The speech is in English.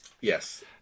Yes